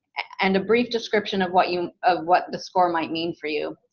and a brief description of what you, of what the score might mean for you.